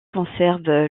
conserve